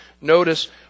Notice